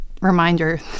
reminder